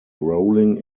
rolling